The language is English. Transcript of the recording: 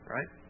Right